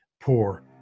poor